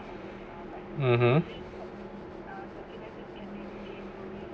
(uh huh)